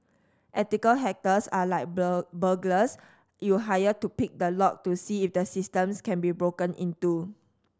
ethical hackers are like burglars you hire to pick the lock to see if the systems can be broken into